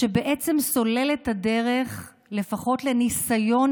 שבעצם סולל את הדרך לפחות לניסיון